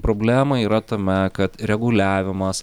problema yra tame kad reguliavimas